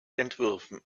entwürfen